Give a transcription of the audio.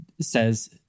says